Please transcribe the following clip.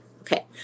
Okay